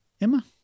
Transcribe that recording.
Emma